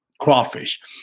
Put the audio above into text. crawfish